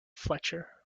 fletcher